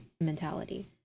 mentality